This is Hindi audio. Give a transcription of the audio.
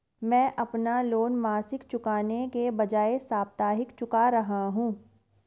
मैं अपना लोन मासिक चुकाने के बजाए साप्ताहिक चुका रहा हूँ